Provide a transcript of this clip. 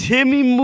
Timmy